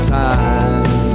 time